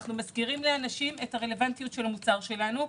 אנחנו מזכירים לאנשים את הרלוונטיות של המוצר שלנו,